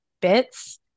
bits